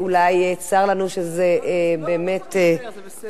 אולי צר לנו שזה באמת, לא צריך להצטער, זה בסדר.